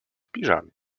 piżamie